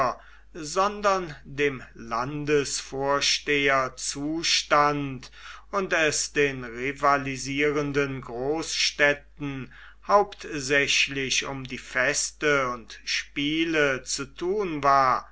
sondern dem landesvorsteher zustand und es den rivalisierenden großstädten hauptsächlich um die feste und spiele zu tun war